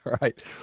right